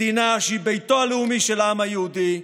מדינה שהיא ביתו הלאומי של העם היהודי,